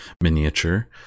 miniature